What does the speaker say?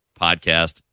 podcast